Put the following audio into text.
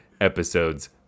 episodes